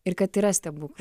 ir kad yra stebuklų